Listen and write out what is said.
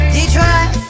Detroit